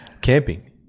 camping